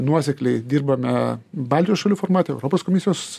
nuosekliai dirbame baltijos šalių formate europos komisijos